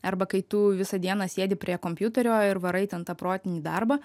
arba kai tu visą dieną sėdi prie kompiuterio ir varai ten tą protinį darbą